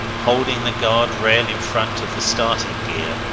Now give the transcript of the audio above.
holding the guard-rail in front of the starting-gear,